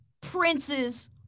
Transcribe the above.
princes